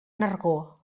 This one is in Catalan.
nargó